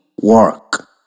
work